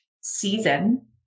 season